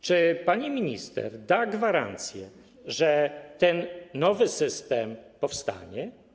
Czy pani minister da gwarancję, że ten nowy system powstanie?